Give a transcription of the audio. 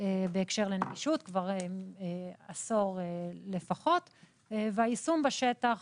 - בהקשר לנגישות כבר עשור לפחות - והיישום בשטח